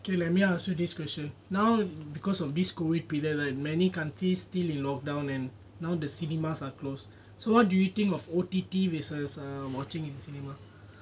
K let me ask you this question now because of this COVID period right many countries still in lockdown and now the cinemas are closed so what do you think of O T T versus err watching in the cinema